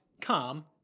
calm